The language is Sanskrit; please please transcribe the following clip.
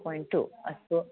टु पो्न्टु अस्तु